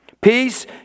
Peace